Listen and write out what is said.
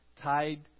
tied